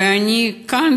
ואני כאן,